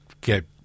get